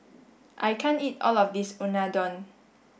I can't eat all of this Unadon